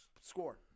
Score